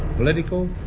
political,